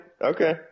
Okay